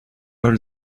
all